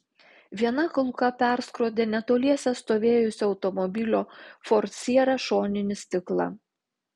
viena kulka perskrodė netoliese stovėjusio automobilio ford sierra šoninį stiklą